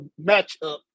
matchup